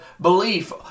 belief